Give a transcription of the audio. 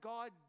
God